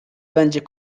będzie